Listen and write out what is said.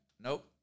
Nope